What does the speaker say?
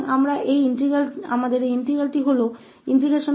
तो हम इस s𝑓′𝑡e st𝑑t इंटीग्रल पर विचार करें